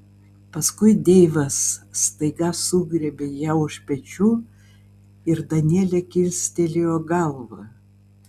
paskui deivas staiga sugriebė ją už pečių ir danielė kilstelėjo galvą